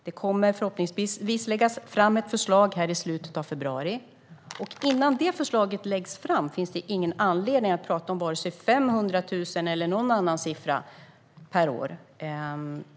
Det kommer förhoppningsvis att läggas fram ett förslag i slutet av februari. Innan det förslaget läggs fram finns det ingen anledning att prata om vare sig 500 000 eller någon annan siffra per år.